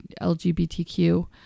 LGBTQ